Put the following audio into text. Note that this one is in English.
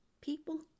people